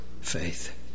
faith